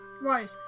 Right